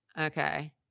Okay